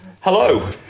Hello